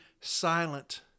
silent